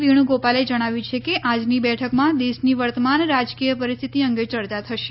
વેણુગોપાલે જણાવ્યું છે કે આજની બેઠકમાં દેશની વર્તમાન રાજકીય પરિસ્થિતિ અંગે ચર્ચા થશે